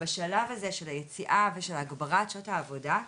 בשלב הזה של היציאה ושל הגברת שעות העבודה,